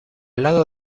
lado